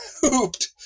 hooped